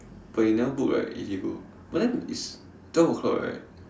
but you never book right if you go but then it's twelve o clock right